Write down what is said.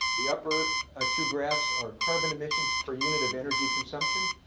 the upper ah two graphs are carbon emissions per unit of energy consumption,